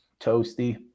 toasty